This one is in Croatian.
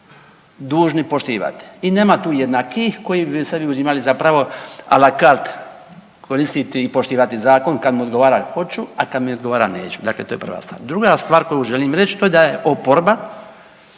dužni poštivati i nema tu jednakijih koji bi sebi uzimali za pravo a la carte koristiti i poštivati zakon kad mu odgovara hoću, a kad mi odgovara neću. Dakle, to je prva stvar. Druga stvar koju želim reći to da je oporba